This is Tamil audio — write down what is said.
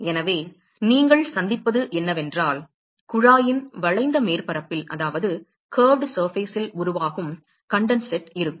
எனவே நீங்கள் சந்திப்பது என்னவென்றால் குழாயின் வளைந்த மேற்பரப்பில் உருவாகும் கண்டன்செட் இருக்கும்